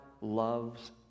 loves